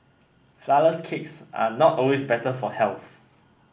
flourless cakes are not always better for health